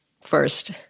first